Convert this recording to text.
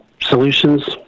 solutions